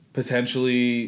potentially